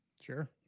Sure